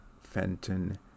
Fenton